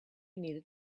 needed